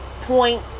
Point